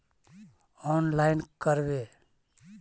Online करवे?